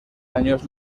años